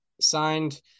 signed